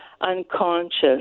unconscious